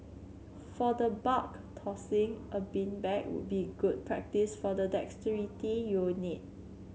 for the bulk tossing a beanbag would be good practice for the dexterity you'll need